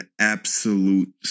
absolute